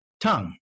tongue